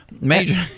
Major